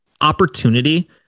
opportunity